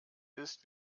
ist